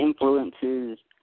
influences